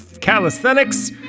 calisthenics